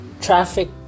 traffic